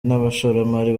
n’abashoramari